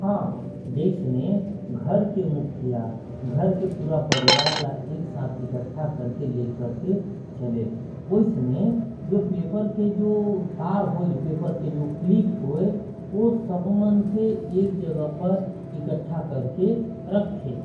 हां जैसे घर के मुखिया पूरा परिवार ल एक साथ रखेल । वैसने जो पेपर क्लिप होयल ओ सारा पेपर मन ल इकट्ठा करके रखेल।